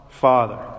Father